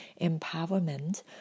empowerment